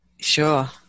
Sure